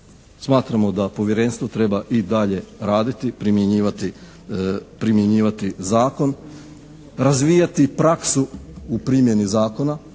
smatramo da povjerenstvo treba i dalje raditi, primjenjivati zakon, razvijati praksu u primjeni zakona